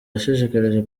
yashikirije